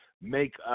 make